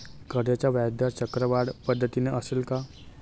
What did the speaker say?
कर्जाचा व्याजदर चक्रवाढ पद्धतीने असेल का?